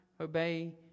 obey